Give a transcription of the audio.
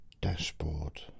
dashboard